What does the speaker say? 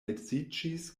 edziĝis